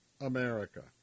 America